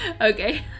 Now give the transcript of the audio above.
Okay